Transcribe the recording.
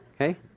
Okay